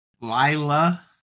Lila